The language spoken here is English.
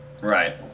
Right